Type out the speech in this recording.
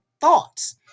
thoughts